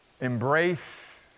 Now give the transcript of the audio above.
Embrace